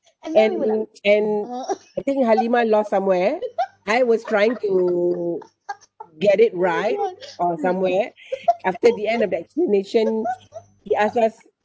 and and I think Halimah lost somewhere I was trying to get it right uh somewhere after the end of the explanation he asked us